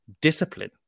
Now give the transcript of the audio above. discipline